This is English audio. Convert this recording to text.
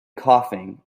coughing